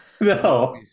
no